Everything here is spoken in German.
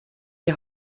die